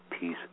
peace